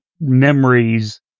memories